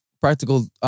Practical